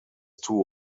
two